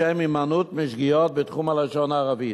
לשם הימנעות משגיאות בתחום הלשון הערבית,